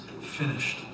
finished